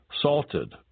salted